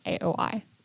AOI